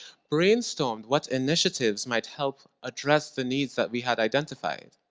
brainstormed what initiatives might help address the needs that we had identified.